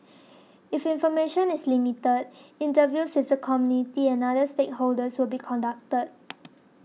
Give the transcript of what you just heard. if information is limited interviews with the community and other stakeholders will be conducted